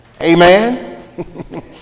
Amen